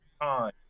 time